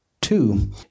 two